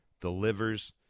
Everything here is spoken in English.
delivers